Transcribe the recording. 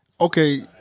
okay